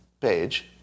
page